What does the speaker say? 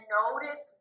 notice